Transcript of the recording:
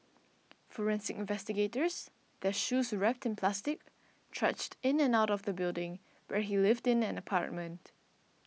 forensic investigators their shoes wrapped in plastic trudged in and out of the building where he lived in an apartment